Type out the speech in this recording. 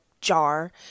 jar